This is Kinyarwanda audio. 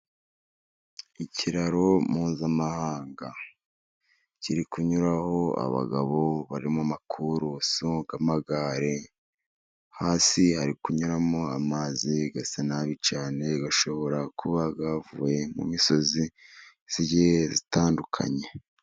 Ikiraro mpuzamahanga, kiri kunyuraho abagabo bari mu makurusi y'amagare, hasi hari kunyuramo amazi asa nabi cyane, ashobora kuba avuye mu misozi igiye itandukanye.